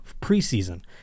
preseason